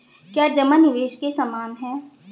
क्या जमा निवेश के समान है?